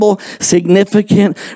significant